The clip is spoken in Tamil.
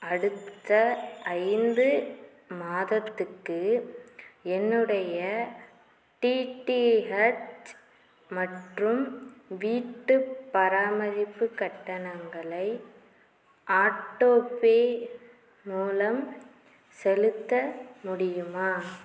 அடுத்த ஐந்து மாதத்துக்கு என்னுடைய டிடிஹெச் மற்றும் வீட்டுப் பராமரிப்பு கட்டணங்களை ஆட்டோபே மூலம் செலுத்த முடியுமா